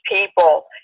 people